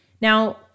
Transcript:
Now